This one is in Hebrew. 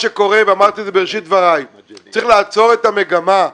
אמרתי את זה בראשית דבריי, צריך לעצור את המגמה.